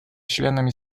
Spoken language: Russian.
членами